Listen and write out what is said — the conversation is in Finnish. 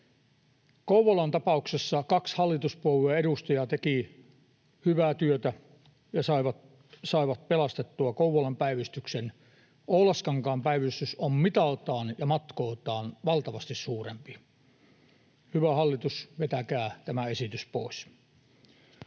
Kouvolan tapauksessa kaksi hallituspuolueen edustajaa teki hyvää työtä, ja he saivat pelastettua Kouvolan päivystyksen. Oulaskankaan päivystys on mitaltaan ja matkoiltaan valtavasti suurempi. Hyvä hallitus, vetäkää tämä esitys pois.